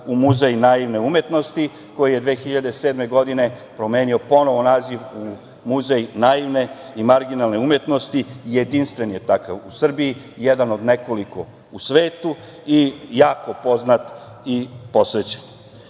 u Muzej naivne umetnosti, koji je 2007. godine promenio ponovo naziv u Muzej naivne i marginalne umetnosti. Jedinstven je takav u Srbiji, jedan od nekoliko u svetu i jako poznat i posećen. Zbirka